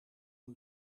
een